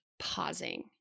pausing